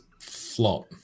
flop